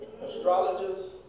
astrologers